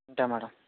ఉంటా మ్యాడం